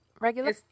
Regular